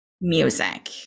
music